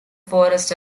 forests